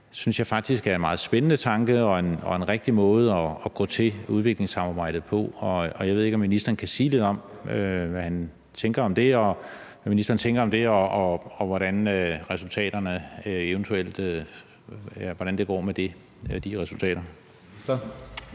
og en rigtig måde at gå til udviklingssamarbejde på, og jeg ved ikke, om ministeren kan sige lidt om, hvad ministeren tænker om det, og hvordan det går med de resultater.